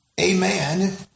Amen